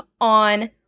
on